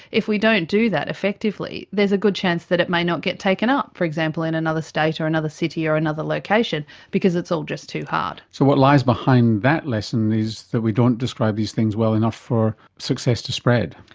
if we don't do that effectively, there's a good chance that it may not get taken up, for example, in another state or another city or another location, because it's all just too hard. so what lies behind that lesson is that we don't describe these things well enough for success to spread.